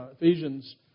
Ephesians